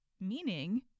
meaning